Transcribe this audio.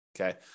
Okay